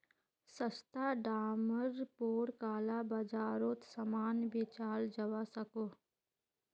सस्ता डामर पोर काला बाजारोत सामान बेचाल जवा सकोह